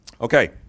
Okay